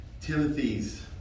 Timothy's